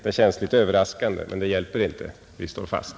Det känns litet överraskande, men det hjälper inte. Vi står fast.